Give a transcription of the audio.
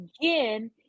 again